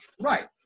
right